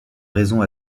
raison